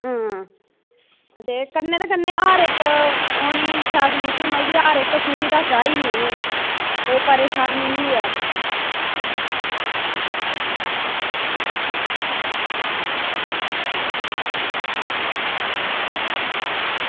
अं ते कन्नै ते कन्नै हर इक्क ते उनेंगी मतलब हर इक्क सुविधा चाहिदी उनें ई कोई परेशानी निं होऐ